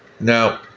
Now